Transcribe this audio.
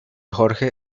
jorge